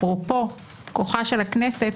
אפרופו כוחה של הכנסת,